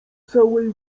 całej